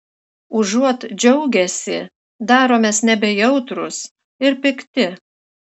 užuot džiaugęsi daromės nebejautrūs ir pikti